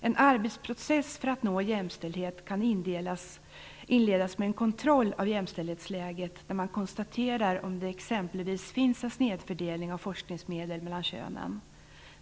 En arbetsprocess för att nå jämställdhet kan inledas med en kontroll av jämställdhetsläget där man konstaterar om det exempelvis finns en snedfördelning av forskningsmedel mellan könen.